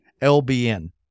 L-B-N